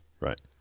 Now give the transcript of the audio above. Right